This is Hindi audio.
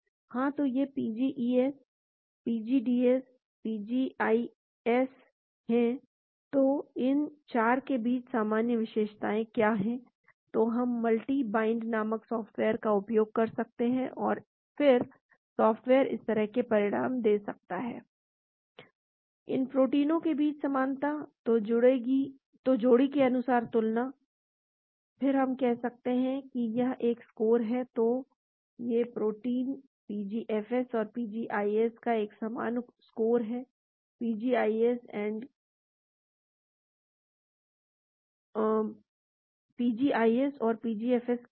हाँ तो ये पीजीईएस पीजीडीएस पीजीआईएस हैं तो इन 4 के बीच सामान्य विशेषता क्या है तो हम मल्टी बाइंड नामक सॉफ्टवेयर का उपयोग कर सकते हैं और फिर सॉफ्टवेयर इस तरह के परिणाम दे सकता है इन प्रोटीनों के बीच समानता तो जोड़ी के अनुसार तुलना फिर कह सकते हैं कि यह एक स्कोर है तो ये प्रोटीन PGFS और PGIS का एक समान स्कोर है PGIS और PGFS क्या है